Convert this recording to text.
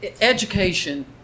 education